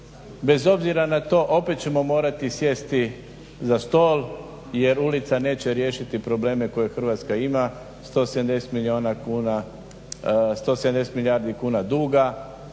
bez obzira na to opet ćemo morati sjesti za stol jer ulica neće riješiti probleme koje Hrvatska ima, 170 milijardi kuna duga,